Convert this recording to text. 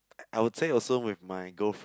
I would say also with my girlfriend